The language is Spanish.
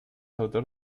autor